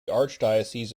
archdiocese